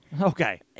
Okay